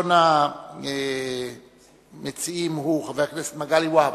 ראשון המציעים הוא חבר הכנסת מגלי והבה,